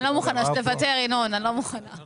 קח